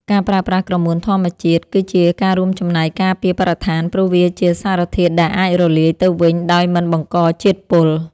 ការប្រើប្រាស់ក្រមួនធម្មជាតិគឺជាការរួមចំណែកការពារបរិស្ថាន ព្រោះវាជាសារធាតុដែលអាចរលាយទៅវិញដោយមិនបង្កជាតិពុល។